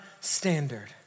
standard